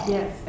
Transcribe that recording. Yes